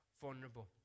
vulnerable